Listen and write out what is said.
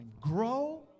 grow